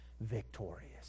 victorious